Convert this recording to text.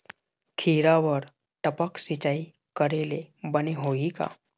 खिरा बर टपक सिचाई करे ले बने होही का?